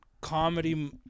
comedy